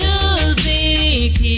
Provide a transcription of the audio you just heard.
Music